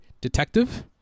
detective